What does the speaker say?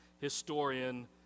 historian